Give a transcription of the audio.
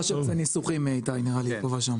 הישיבה ננעלה בשעה